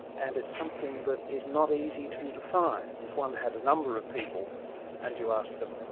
and it's something that is not easy to define. if one had a number of people and you asked them,